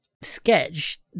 sketch